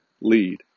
lead